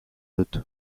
dut